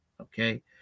okay